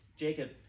Jacob